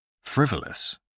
Frivolous